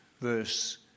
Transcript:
verse